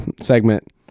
segment